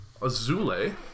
Azule